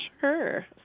Sure